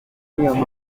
izo